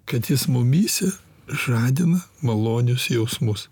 kad jis mumyse žadina malonius jausmus